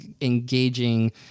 engaging